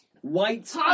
White